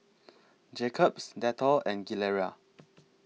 Jacob's Dettol and Gilera